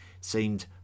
seemed